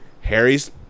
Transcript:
Harry's